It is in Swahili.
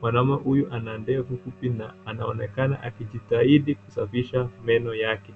Mwanaume huyu ana ndevu fupi na anaonekana akijitahidi kusafisha meno yake.